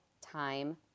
time